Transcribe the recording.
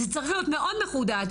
זה צריך להיות מאוד מחודד.